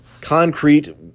Concrete